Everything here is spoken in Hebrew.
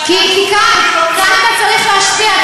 כי כאן אתה צריך להשפיע,